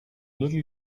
little